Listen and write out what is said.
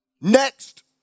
Next